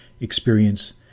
experience